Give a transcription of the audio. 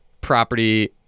property